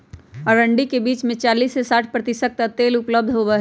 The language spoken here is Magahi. अरंडी के बीज में चालीस से साठ प्रतिशत तक तेल उपलब्ध होबा हई